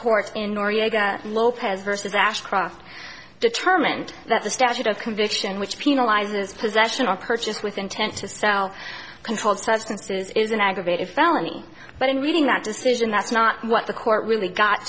noriega lopez versus ashcroft determined that the statute of conviction which penalizes possession or purchased with intent to sell controlled substances is an aggravated felony but in reading that decision that's not what the court really got